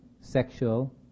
sexual